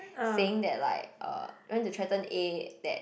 saying that like uh went to threaten A that